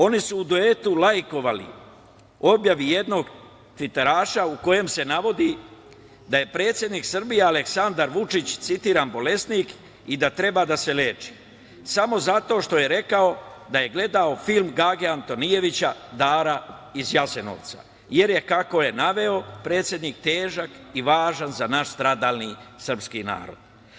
Oni su u duetu lajkovali objavu jednog tviteraša u kome se navodi da je predsednik Srbije Aleksandar Vučić, citiram – bolesnik i da treba da se leči samo zato što je rekao da je gledao film Gage Antonijevića „Dara iz Jasenovca“ jer je, kako je naveo, predsednik težak i važan za naš stradalni srpski narod.